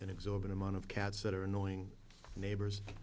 an exorbitant amount of cats that are annoying neighbors